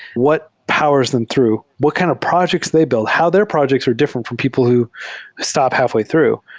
what powers them through? what kind of projects they build? how their projects are different from people who stop halfway through?